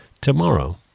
tomorrow